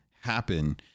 happen